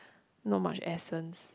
not much essence